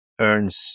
earns